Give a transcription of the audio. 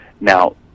now